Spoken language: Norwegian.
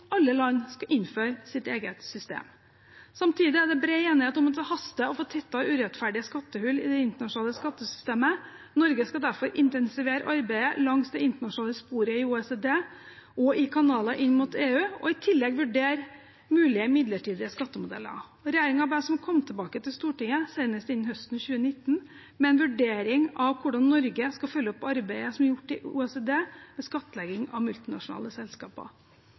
alle land skulle innføre sitt eget system. Samtidig er det bred enighet om at det haster å få tettet urettferdige skattehull i det internasjonale skattesystemet. Norge skal derfor intensivere arbeidet langs det internasjonale sporet i OECD og i kanaler inn mot EU og i tillegg vurdere mulige midlertidige skattemodeller. Regjeringen bes om å komme tilbake til Stortinget, senest innen høsten 2019, med en vurdering av hvordan Norge skal følge opp arbeidet som er gjort i OECD med skattlegging av multinasjonale selskaper.